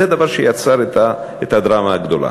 זה דבר שיצר את הדרמה הגדולה.